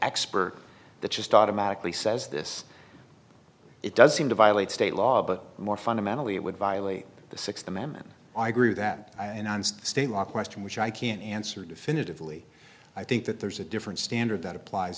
expert that just automatically says this it does seem to violate state law but more fundamentally it would violate the sixth amendment i grew that i announced state law question which i can't answer definitively i think that there's a different standard that applies